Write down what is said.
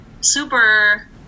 super